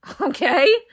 okay